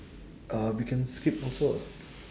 uh we can skip also ah